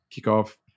kickoff